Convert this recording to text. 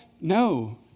No